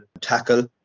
tackle